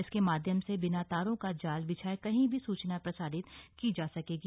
इसके माध्यम से बिना तारों का जाल बिछाए कहीं भी सूचना प्रसारित की जा सकेगी